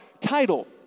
title